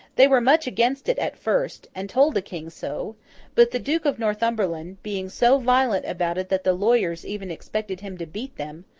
they were much against it at first, and told the king so but the duke of northumberland being so violent about it that the lawyers even expected him to beat them,